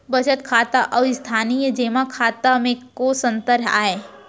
बचत खाता अऊ स्थानीय जेमा खाता में कोस अंतर आय?